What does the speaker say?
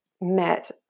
met